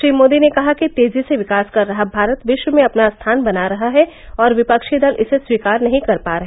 श्री मोदी ने कहा कि तेजी से विकास कर रहा भारत विश्व में अपना स्थान बना रहा है और विपक्षी दल इसे स्वीकार नहीं कर पा रहे